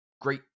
great